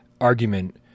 argument